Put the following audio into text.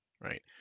right